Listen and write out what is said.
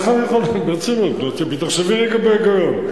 איך אני יכול, ברצינות, נו, תחשבי רגע בהיגיון.